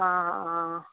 অঁ অঁ